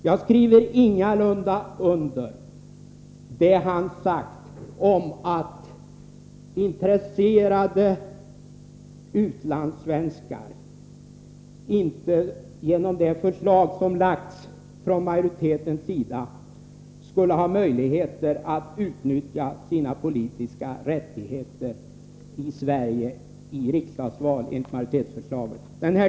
Jag skriver ingalunda under på Sven-Erik Nordins påstående att intresserade utlandssvenskar genom det förslag som har lagts fram av majoriteten inte skulle ha möjligheter att utnyttja sina politiska rättigheter vid riksdagsval i Sverige.